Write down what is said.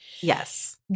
Yes